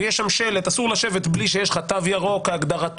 ויש שם שלט האומר שאסור לשבת בלי שיש לך תו ירוק כהגדרתו